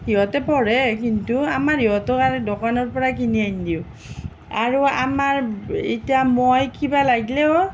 সিহঁতে পঢ়ে কিন্তু আমাৰ ইহঁতক আৰু দোকানৰ পৰাই কিনি আনি দিওঁ আৰু আমাৰ ইতা মই কিবা লাগলেও